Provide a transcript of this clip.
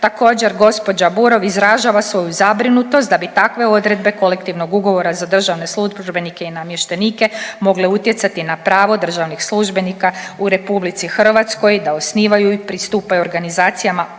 Također gospođa Burov izražava svoju zabrinutost da bi takve odredbe kolektivnog ugovora za državne službenike i namještenike mogle utjecati na pravo državnih službenika u Republici Hrvatskoj da osnivaju i pristupaju organizacijama po